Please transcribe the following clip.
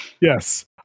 Yes